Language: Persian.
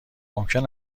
ممکن